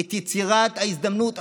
את הדאגה לחלש,